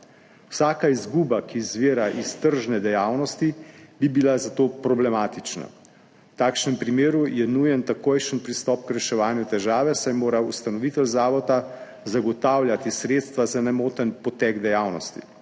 Vsaka izguba, ki izvira iz tržne dejavnosti, bi bila zato problematična. V takšnem primeru je nujen takojšen pristop k reševanju težave, saj mora ustanovitelj zavoda zagotavljati sredstva za nemoten potek dejavnosti.